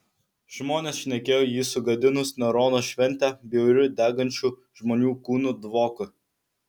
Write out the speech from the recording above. žmonės šnekėjo jį sugadinus nerono šventę bjauriu degančių žmonių kūnų dvoku